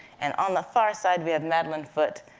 and on the far side, we have madeleine foote,